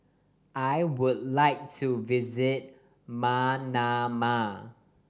I would like to visit Manama